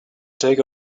take